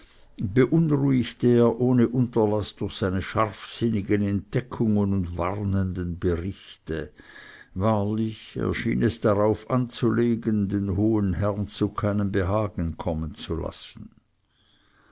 beunruhigte er ohne unterlaß durch seine scharfsinnigen entdeckungen und warnenden berichte wahrlich er schien es darauf anzulegen den hohen herrn zu keinem behagen kommen zu lassen